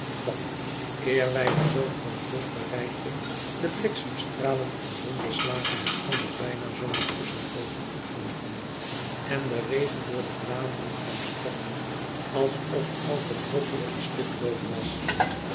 dat eer wij den zoom van het bosch bereikten de bliksemstralen en donderslagen elkander bijna zonder tusschenpoozen opvolgden en de regen door de bladeren kwam storten alsof elke droppel een stuk lood was